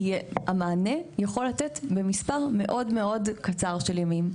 המענה יכול להינתן במספר מאוד קצר של ימים.